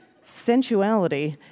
sensuality